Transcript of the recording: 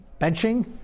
benching